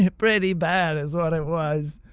ah pretty bad is what it was.